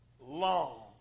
long